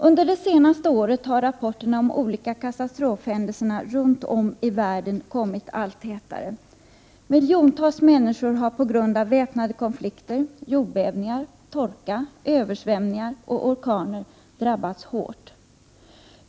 Under det senaste året har rapporterna om olika katastrofhändelser runt om i världen kommit allt tätare. Miljontals människor har på grund av väpnade konflikter, jordbävningar, torka, översvämningar och orkaner drabbats hårt.